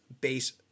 base